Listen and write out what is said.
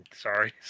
Sorry